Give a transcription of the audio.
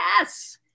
Yes